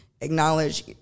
acknowledge